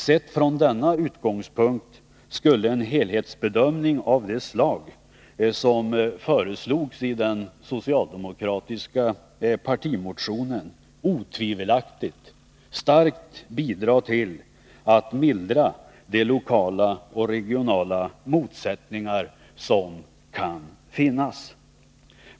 Sett från denna utgångspunkt skulle en helhetsbedömning av det slag som föreslogs i den socialdemokratiska partimotionen otvivelaktigt starkt bidra till att mildra de lokala och regionala motsättningar som kan finnas.